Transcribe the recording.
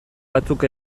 batzuk